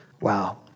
Wow